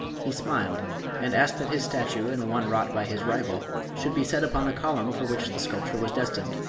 he smiled and asked that his statue and the one wrought by his rival should be set upon the column for which the sculpture was destined.